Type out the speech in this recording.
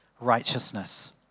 righteousness